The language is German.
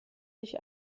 sich